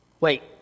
Wait